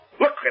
Look